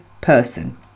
person